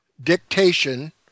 dictation